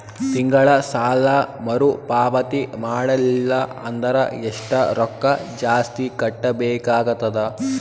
ತಿಂಗಳ ಸಾಲಾ ಮರು ಪಾವತಿ ಮಾಡಲಿಲ್ಲ ಅಂದರ ಎಷ್ಟ ರೊಕ್ಕ ಜಾಸ್ತಿ ಕಟ್ಟಬೇಕಾಗತದ?